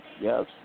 Yes